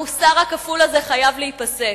המוסר הכפול הזה חייב להיפסק.